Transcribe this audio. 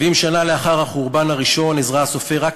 70 שנה לאחר החורבן הראשון עזרא הסופר רק